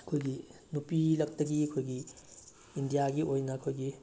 ꯑꯩꯈꯣꯏꯒꯤ ꯅꯨꯄꯤ ꯂꯛꯇꯒꯤ ꯑꯩꯈꯣꯏꯒꯤ ꯏꯟꯗꯤꯌꯥꯒꯤ ꯑꯣꯏꯅ ꯑꯩꯈꯣꯏꯒꯤ